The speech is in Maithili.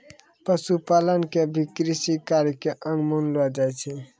पशुपालन क भी कृषि कार्य के अंग मानलो जाय छै